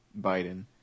Biden